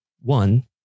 one